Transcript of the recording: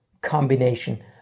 combination